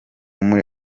muri